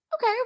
Okay